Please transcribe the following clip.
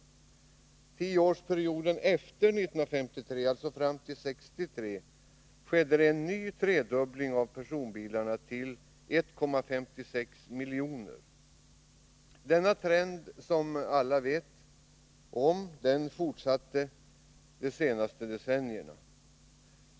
Under tioårsperioden efter 1953 fram till 1963 skedde en ny dryg tredubbling av antalet personbilar till ca 1,56 miljoner. Denna trend har, som alla vet, fortsatt de senaste decennierna.